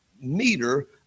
meter